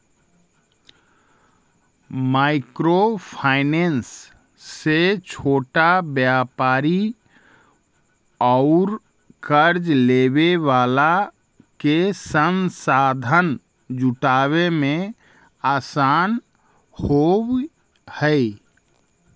micro finance से छोटा व्यापारि औउर कर्ज लेवे वाला के संसाधन जुटावे में आसान होवऽ हई